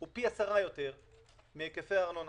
הוא פי עשרה יותר מהיקפי הארנונה.